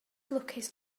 lwcus